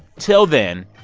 til then,